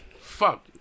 fuck